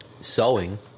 Sewing